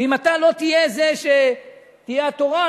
ואם אתה לא תהיה זה שיהיה התורן,